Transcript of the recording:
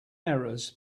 errors